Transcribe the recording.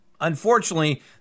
Unfortunately